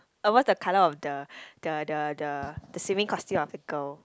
uh what's the color of the the the the the swimming costume of the girl